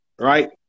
right